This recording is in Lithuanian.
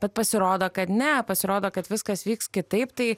bet pasirodo kad ne pasirodo kad viskas vyks kitaip tai